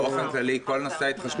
באופן כללי, כל נושא ההתחשבנות